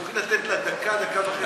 אם תוכלי לתת לה דקה, דקה וחצי.